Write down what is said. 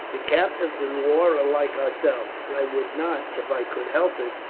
the captives in war are like ourselves, and i would not, if i could help it,